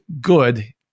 good